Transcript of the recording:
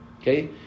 Okay